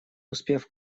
успев